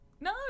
no